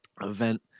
event